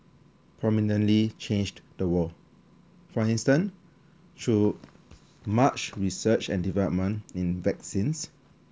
prominently changed the world for instance through much research and development in vaccines